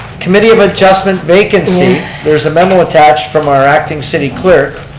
committee of adjustment vacancy, there's a memo attached from our acting city clerk.